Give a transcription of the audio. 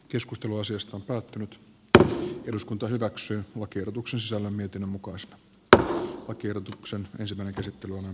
keskustelu asiasta päättänyt eduskunta hyväksyy lakiehdotuksessa puhemiesneuvosto ehdottaa että asia lähetetään valtiovarainvaliokuntaan